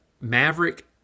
Maverick